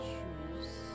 Choose